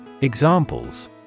Examples